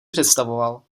představoval